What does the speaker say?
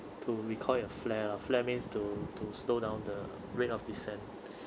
to recall your flare lah flare means to to slow down the rate of descent